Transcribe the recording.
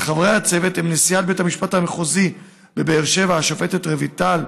וחברי הצוות הם נשיאת בית המשפט המחוזי בבאר שבע השופטת רויטל